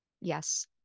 Yes